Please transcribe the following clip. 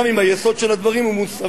גם אם היסוד של הדברים הוא מוסרי.